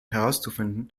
herauszufinden